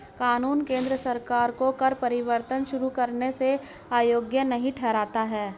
कानून केंद्र सरकार को कर परिवर्तन शुरू करने से अयोग्य नहीं ठहराता है